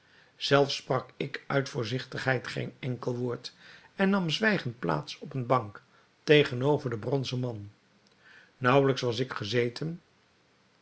zelfs sprak ik uit voorzigtigheid geen enkel woord en nam zwijgend plaats op eene bank tegenover den bronzen man naauwelijks was ik gezeten